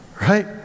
right